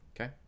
Okay